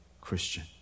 Christian